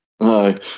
Aye